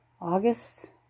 August